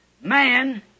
man